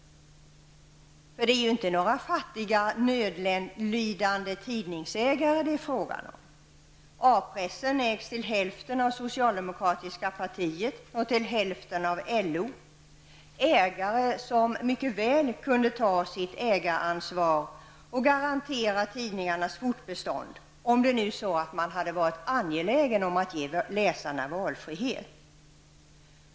Det är ju inte fråga om några fattiga nödlidande tidningsägare. Det socialdemokratiska partiet och LO äger hälften var av A-pressen -- ägare som mycket väl kunde ha tagit sitt ägaransvar och garanterat tidningarnas fortbestånd, om man nu var angelägen om att ge läsarnas valfrihet.